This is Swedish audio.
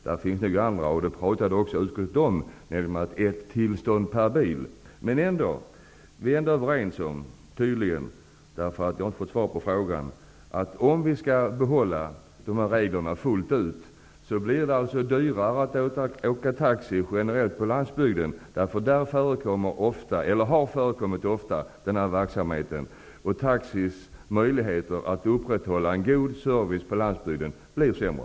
Det finns andra lösningar -- och det pratade också utskottet om -- Eftersom jag inte har fått svar på frågan tolkar jag det som att vi tydligen ändå är överens om att det generellt blir dyrare att åka taxi på landsbygden om vi skall behålla dessa regler fullt ut. Där har ju den här verksamheten ofta förekommit. Taxiverksamhetens möjligheter att upprätthålla en god service på landsbygden blir sämre.